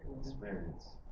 experience